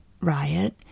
riot